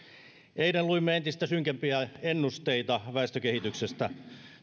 eilen luimme entistä synkempiä ennusteita väestökehityksestä